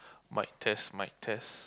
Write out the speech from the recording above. mic test mic test